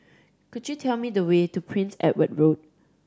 could you tell me the way to Prince Edward Road